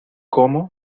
cómo